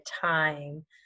time